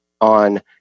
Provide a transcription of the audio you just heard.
on